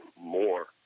more